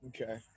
Okay